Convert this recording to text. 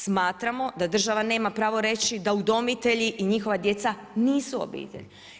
Smatramo da država nema pravo reći da udomitelji i njihova djeca nisu obitelj.